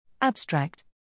Abstract